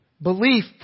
Belief